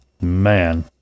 Man